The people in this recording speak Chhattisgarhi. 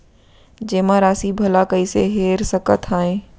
जेमा राशि भला कइसे हेर सकते आय?